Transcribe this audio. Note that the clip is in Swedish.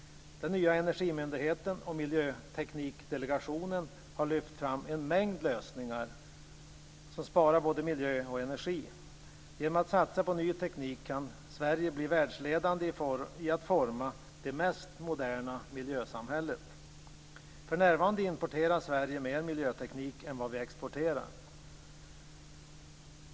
Den nya Energimyndigheten och Miljöteknikdelegationen har lyft fram en mängd lösningar som sparar både miljö och energi. Genom att satsa på ny teknik kan Sverige bli världsledande i att forma det mest moderna miljösamhället. För närvarande importerar Sverige mer miljöteknik än vi exporterar.